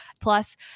Plus